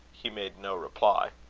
he made no reply.